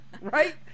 Right